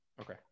okay